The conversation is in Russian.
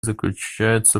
заключается